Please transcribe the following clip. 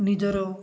ନିଜର